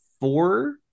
four